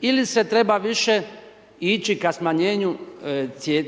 ili se treba više ići ka smanjenju